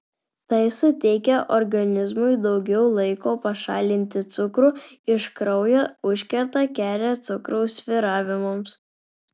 tai suteikia organizmui daugiau laiko pašalinti cukrų iš kraujo užkerta kelią cukraus svyravimams